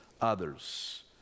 others